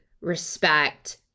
respect